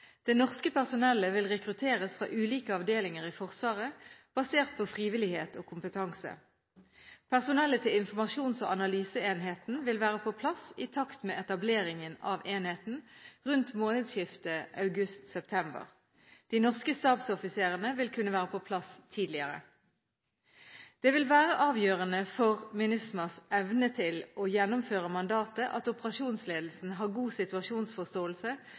Det norske personellet vil rekrutteres fra ulike avdelinger i Forsvaret, basert på frivillighet og kompetanse. Personellet til informasjons- og analyseenheten vil være på plass i takt med etableringen av enheten, rundt månedsskiftet august/september. De norske stabsoffiserene vil kunne være på plass tidligere. Det vil være avgjørende for MINUSMAs evne til å gjennomføre mandatet at operasjonsledelsen har god situasjonsforståelse